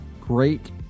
great